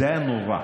זה היה נורא.